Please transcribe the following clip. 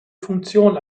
funktion